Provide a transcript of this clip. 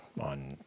on